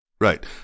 Right